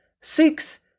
Six